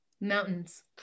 Mountains